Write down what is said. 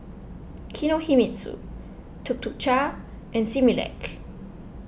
Kinohimitsu Tuk Tuk Cha and Similac